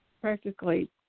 practically